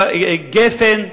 גפן,